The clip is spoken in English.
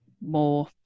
more